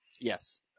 Yes